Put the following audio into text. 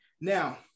Now